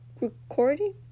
recording